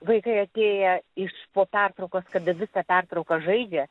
vaikai atėję iš po pertraukos kada visą pertrauką žaidžia